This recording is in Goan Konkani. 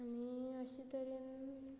आनी अशें तरेन